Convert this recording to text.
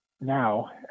Now